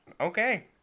okay